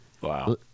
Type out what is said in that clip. Wow